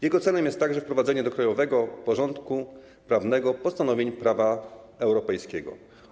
Jego celem jest także wprowadzenie do krajowego porządku prawnego postanowień prawa europejskiego.